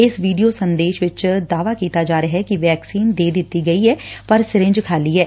ਇਸ ਵੀਡੀਓ ਸੰਦੇਸ਼ ਵਿਚ ਦਾਅਵਾ ਕੀਤਾ ਜਾ ਰਿਹੈ ਕਿ ਵੈਕਸੀਨ ਦੇ ਦਿੱਤੀ ਗਈ ਐ ਪਰ ਸਿਰੰਜ ਖਾਲੀ ਐ